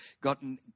gotten